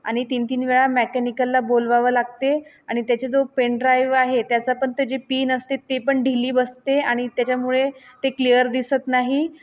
आणि तीन तीन वेळा मॅकॅनिकलला बोलवावं लागते आणि त्याचे जो पेनड्राईव्ह आहे त्याचा पण ते जे पीन असते ते पण ढिली बसते आणि त्याच्यामुळे ते क्लियर दिसत नाही